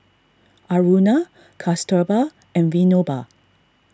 Aruna Kasturba and Vinoba